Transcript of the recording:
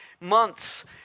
months